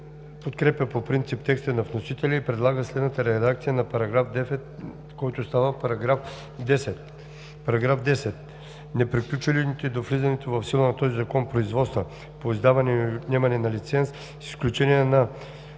подкрепя по принцип текста на вносителя и предлага следната редакция на § 9, който става § 10. „§ 10. Неприключените до влизането в сила на този закон производства по издаване или отнемане на лиценз, с изключение на